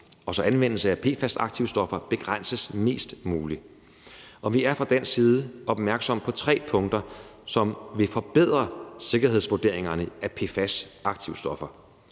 og så anvendelse af PFAS-aktivstoffer begrænses mest muligt. Vi er fra dansk side opmærksomme på tre punkter, som vil forbedre sikkerhedsvurderingerne af PFAS-aktivstoffer.